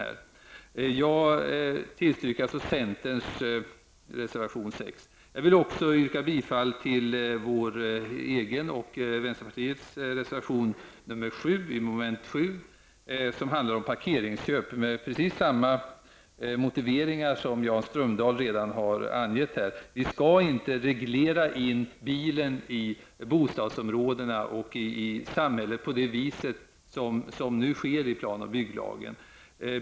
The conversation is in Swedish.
Jag yrkar alltså bifall till centerns reservation 6. Jag vill också yrka bifall till miljöpartiets och vänsterns reservation 7 med anledning av mom. 7 i utskottets hemställan, som handlar om parkeringsköp. Jan Strömdahl har redan anfört motiveringarna till denna reservation, nämligen att vi inte skall reglera in bilen i bostadsområdena och i samhället på det sätt som nu sker genom plan och bygglagen.